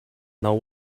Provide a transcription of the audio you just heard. now